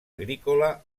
agrícola